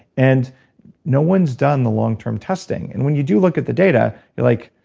and no one's done the long-term testing and when you do look at the data, you're like,